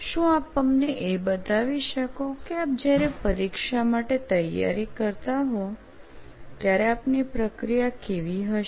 શું આપ અમને એ બતાવી શકો કે આપ જયારે પરીક્ષા માટે તૈયારી કરતા હો ત્યારે આપની પ્રક્રિયા કેવી હશે